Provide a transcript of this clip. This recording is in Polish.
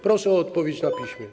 Proszę o odpowiedź na piśmie.